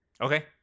Okay